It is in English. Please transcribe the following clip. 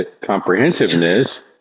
comprehensiveness